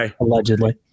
allegedly